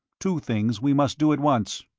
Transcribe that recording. two things we must do at once.